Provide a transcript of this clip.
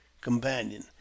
companion